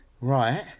Right